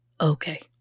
okay